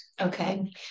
Okay